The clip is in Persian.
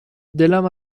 دلم